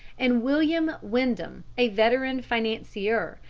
and wm. windom, a veteran financier,